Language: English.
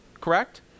correct